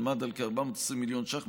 עמד על כ-420 מיליון ש"ח,